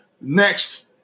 Next